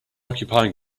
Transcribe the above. occupying